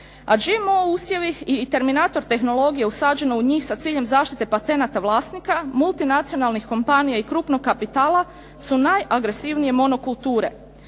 A GMO usjevi i terminator tehnologije usađeno u njih sa ciljem zaštite patenata vlasnika, multinacionalnih kompanija i krupnog kapitala su najagresivnije monokulture.